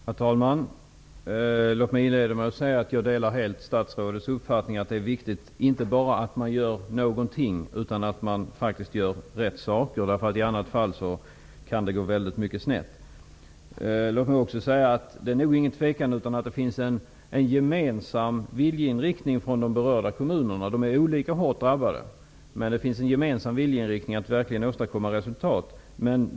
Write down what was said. Herr talman! Låt mig inleda med att säga att jag helt delar statsrådets uppfattning att det inte bara är viktigt att man gör någonting utan att man faktiskt gör det rätta. I annat fall kan det gå snett. Låt mig också säga att det nog inte finns något tvivel om att det finns en gemensam viljeinriktning hos de berörda kommunerna. De är olika hårt drabbade, men det finns en gemensam viljeinriktning att verkligen åstadkomma resultat.